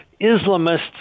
Islamists